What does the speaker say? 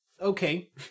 okay